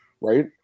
right